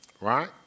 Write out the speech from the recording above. Right